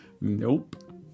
Nope